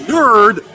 Nerd